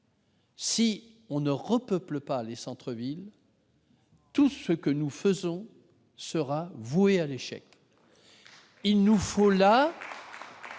Si l'on ne repeuple pas les centres-villes, tout ce que nous faisons ici sera voué à l'échec. Nous devons